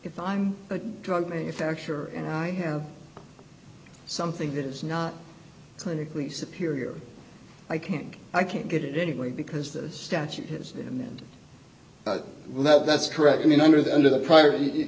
if i'm a drug manufacturer and i have something that is not clinically superior i can't i can't get it anyway because the statute has that and that's correct i mean under the under the prior